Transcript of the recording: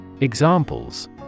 examples